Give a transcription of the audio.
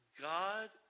God